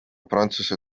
prantsuse